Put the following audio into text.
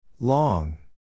Long